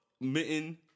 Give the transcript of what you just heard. Mitten